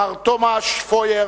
מר טומאש פויאר,